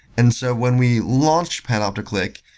and so when we launched panopticlick,